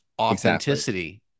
authenticity